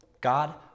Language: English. God